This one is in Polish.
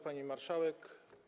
Pani Marszałek!